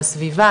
בסביבה,